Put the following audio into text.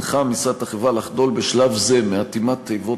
הנחה המשרד את החברה לחדול בשלב זה מאטימת תיבות